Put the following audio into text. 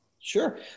Sure